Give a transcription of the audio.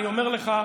אני אומר לך,